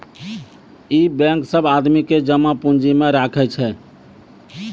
इ बेंक सब आदमी के जमा पुन्जी भी राखै छै